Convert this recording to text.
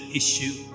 issue